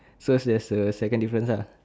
so there's a second difference lah